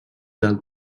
del